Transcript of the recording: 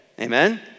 Amen